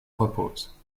repose